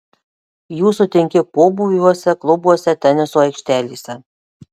jų sutinki pobūviuose klubuose teniso aikštelėse